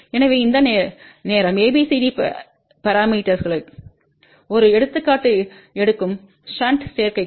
எனவே இந்த நேரம் ABCD பரமீட்டர்ஸ்ளுக்கு ஒரு எடுத்துக்காட்டு எடுக்கும் ஷன்ட் சேர்க்கைக்கு